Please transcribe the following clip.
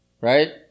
right